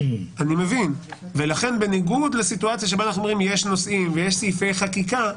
ולכן בניגוד לסיטואציה שבה אנחנו אומרים שיש נושאים ויש סעיפי חקיקה,